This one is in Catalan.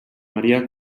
maria